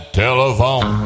telephone